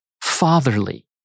fatherly